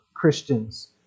Christians